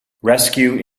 rescue